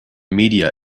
media